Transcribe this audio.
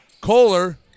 Kohler